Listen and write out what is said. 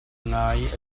ngai